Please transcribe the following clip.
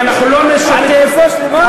על קבוצה שלמה?